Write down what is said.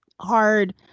hard